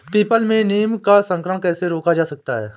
People में नीम का संकरण कैसे रोका जा सकता है?